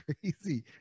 crazy